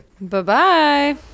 Bye-bye